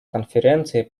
конференции